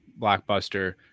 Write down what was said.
blockbuster